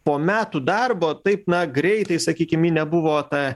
po metų darbo taip na greitai sakykim ji nebuvo ta